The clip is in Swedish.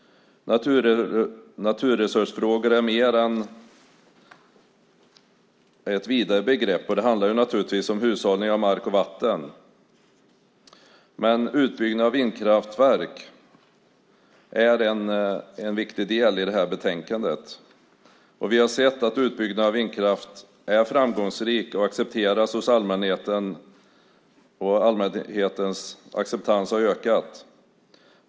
Naturresursfrågor är ett vidare begrepp. Det handlar om hushållning med mark och vatten. Utbyggnaden av vindkraft är en viktig del i detta betänkande. Vi har sett att utbyggnaden av vindkraften är framgångsrik, och allmänhetens acceptans har också ökat.